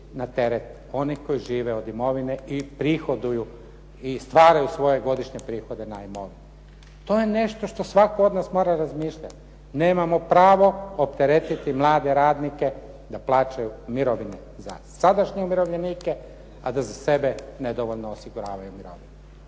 na teret onih koji žive od imovine i prihoduju i stvaraju svoje godišnje prihode na imovinu. To je nešto što svatko od nas mora razmišljati. Nemamo pravo opteretiti mlade radnike da plaćaju mirovine za sadašnje umirovljenike a da za sebe nedovoljno osiguravaju mirovinu.